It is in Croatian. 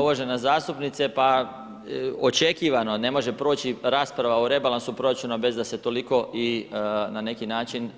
Uvažena zastupnice, pa očekivano, ne može proći rasprava o rebalansu proračuna bez da se toliko i na neki način